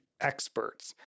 experts